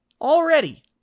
Already